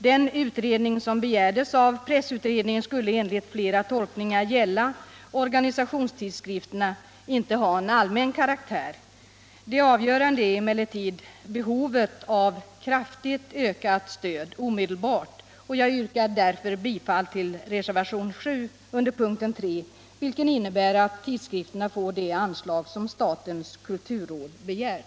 Den utredning som begärdes av pressutredningen skulle enligt flera tolkningar gälla organisationstidskrifterna, inte ha en allmän karaktär. Det avgörande är emellertid behovet av kraftigt ökat stöd omedelbart. Jag yrkar därför bifall till reservationen 7 under punkten 3, vilken innebär att tidskrifterna får det anslag som statens kulturråd begärt.